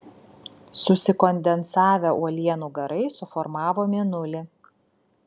susikondensavę uolienų garai suformavo mėnulį